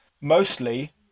mostly